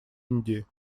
индии